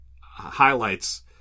highlights